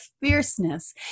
fierceness